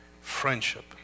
friendship